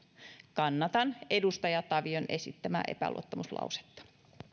kannatan edustaja tavion esittämää epäluottamuslausetta